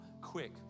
quick